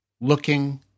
looking